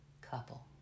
couple